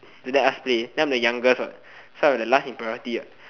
don't let us play then I'm the youngest what do I'm the last in priority what